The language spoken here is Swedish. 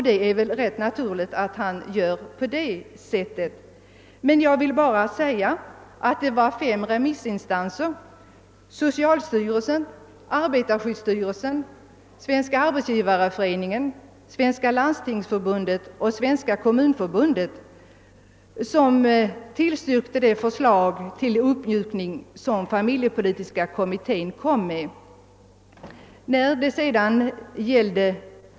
Det är väl rätt naturligt att han gör på det sättet, men jag vill säga att fem remissinstanser — socialstyrelsen, arbetarskyddsstyrelsen, Svenska arbetsgivareföreningen, Svenska landstingsförbundet och Svenska kommunförbundet — har tillstyrkt det förslag till uppmjukning som familjepolitiska kommittén har framlagt.